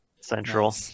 Central